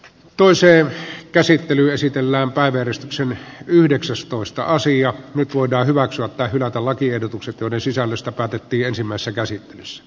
toiseen käsittelyyn esitellään päivälistasimme yhdeksäs toista asiaa nyt voidaan hyväksyä tai hylätä lakiehdotukset joiden sisällöstä päätettiin ensimmäisessä käsittelyssä